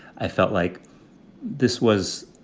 i felt like this was